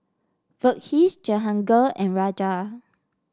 Verghese Jehangirr and Raja